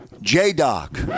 J-Doc